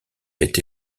été